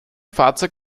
fahrzeug